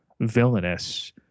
villainous